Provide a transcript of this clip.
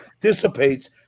dissipates